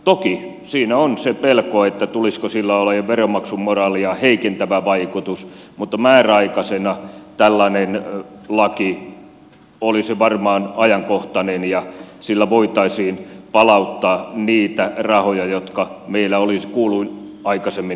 toki siinä on se pelko että tulisiko sillä olemaan veronmaksumoraalia heikentävä vaikutus mutta määräaikaisena tällainen laki olisi varmaan ajankohtainen ja sillä voitaisiin palauttaa niitä rahoja jotka meillä olisi kuulunut aikaisemmin jo verottaa